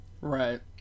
Right